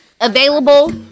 available